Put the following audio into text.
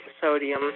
sodium